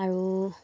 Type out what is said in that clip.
আৰু